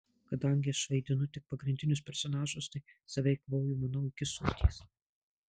kadangi aš vaidinu tik pagrindinius personažus tai save eikvoju manau iki soties